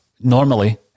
normally